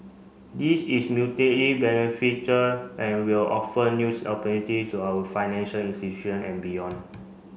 this is beneficial and will offer news opportunities to our financial institution and beyond